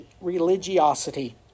religiosity